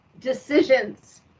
decisions